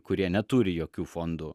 kurie neturi jokių fondų